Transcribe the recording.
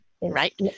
right